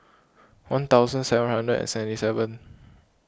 one thousand seven hundred and seventy seven